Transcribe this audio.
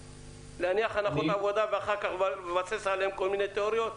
להניח הנחות עבודה ואחר כך לבסס עליהן כל מיני תיאוריות?